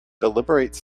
deliberate